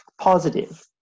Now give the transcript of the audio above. positive